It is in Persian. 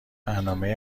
برنامهی